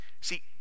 See